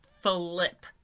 flip